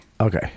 Okay